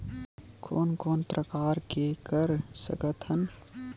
कोन कोन प्रकार के कर सकथ हन?